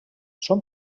són